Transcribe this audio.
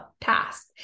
task